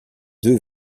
deux